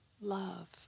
love